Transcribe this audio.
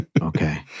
Okay